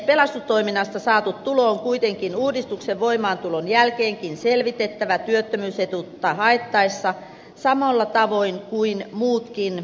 pelastustoiminnasta saatu tulo on kuitenkin uudistuksen voimaantulon jälkeenkin selvitettävä työttömyysetuutta haettaessa samalla tavoin kuin muutkin ansiotulot